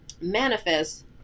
manifest